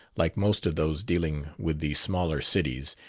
like most of those dealing with the smaller cities,